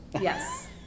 Yes